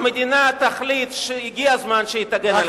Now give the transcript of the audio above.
המדינה תחליט שהגיע הזמן שהיא תגן על עצמה.